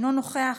אינו נוכח.